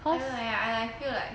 cause I I feel like